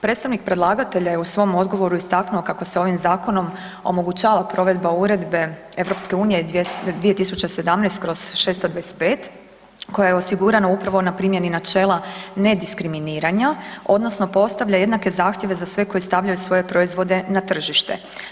Predstavnik predlagatelja je u svom odgovoru istaknuo kako se ovim zakonom omogućava provedba Uredbe EU 2017/625 koja je osigurana upravo na primjeni načela ne diskriminiranja odnosno postavlja jednake zahtjeve za sve koji stavljaju svoje proizvode na tržište.